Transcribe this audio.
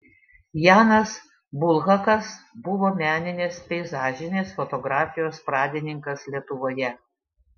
janas bulhakas buvo meninės peizažinės fotografijos pradininkas lietuvoje